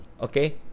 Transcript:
Okay